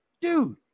Dude